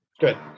Good